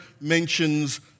mentions